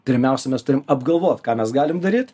pirmiausia mes turim apgalvot ką mes galim daryt